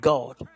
God